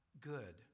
good